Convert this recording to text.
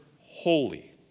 holy